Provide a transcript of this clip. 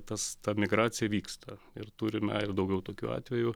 tas ta migracija įvyksta ir turime ir daugiau tokių atvejų